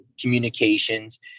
communications